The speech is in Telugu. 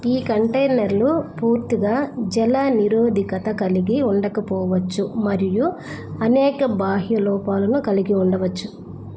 ఈ కంటైనర్లు పూర్తిగా జల నిరోధికత కలిగి ఉండకపోవచ్చు మరియు అనేక బాహ్య లోపాలను కలిగి ఉండవచ్చు